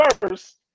first